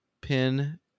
pin